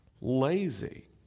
lazy